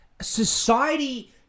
society